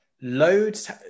loads